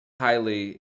highly